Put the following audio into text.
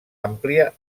àmplia